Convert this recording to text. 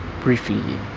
briefly